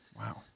Wow